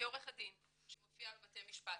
כעורכת דין שמופיעה בבתי משפט,